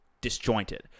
disjointed